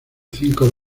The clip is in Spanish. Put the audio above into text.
cinco